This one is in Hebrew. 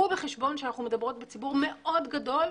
קחו בחשבון שאנחנו מדברות על ציבור מאוד גדול,